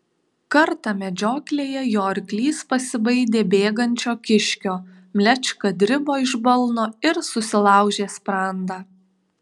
kartą medžioklėje jo arklys pasibaidė bėgančio kiškio mlečka dribo iš balno ir susilaužė sprandą